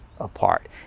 apart